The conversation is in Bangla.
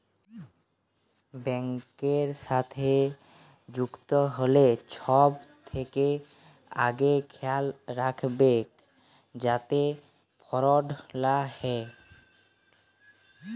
ব্যাংকের সাথে যুক্ত হ্যলে ছব থ্যাকে আগে খেয়াল রাইখবেক যাতে ফরড লা হ্যয়